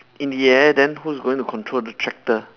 in the air then whose going to control the tractor